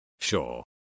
Sure